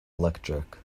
electric